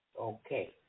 Okay